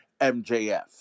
MJF